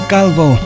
Calvo